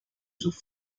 sus